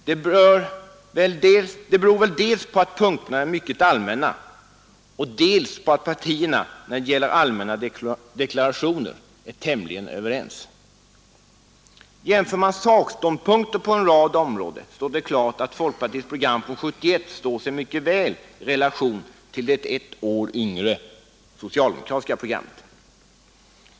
Det beror väl dels på att punkterna är mycket allmänna, dels på att partierna, när det gäller allmänna deklarationer, är tämligen överens. Jämför man sakståndpunkter på en rad områden framgår det klart, att folkpartiets program från 1971 står sig mycket väl i relation till det ett år yngre socialdemokratiska programmet.